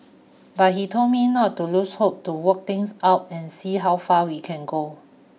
but he told me not to lose hope to work things out and see how far we can go